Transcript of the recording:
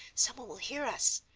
someone will hear us,